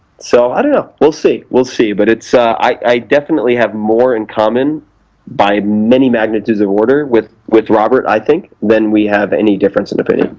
so, i don't know, we'll see, we'll see, but ah i definitely have more in common by many magnitudes of order with with robert, i think, than we have any difference in opinion.